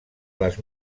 les